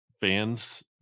fans